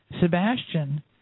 Sebastian